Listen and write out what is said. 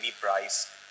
price